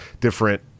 different –